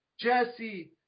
Jesse